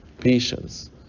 Patience